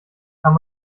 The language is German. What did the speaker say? kann